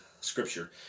scripture